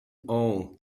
all